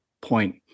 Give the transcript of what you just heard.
point